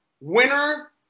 winner